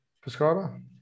prescriber